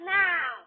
now